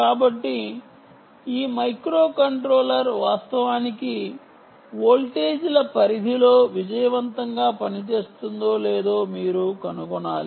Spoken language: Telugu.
కాబట్టి ఈ మైక్రోకంట్రోలర్ వాస్తవానికి వోల్టేజ్ల పరిధిలో విజయవంతంగా పనిచేస్తుందో లేదో మీరు కనుగొనాలి